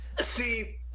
See